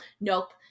Nope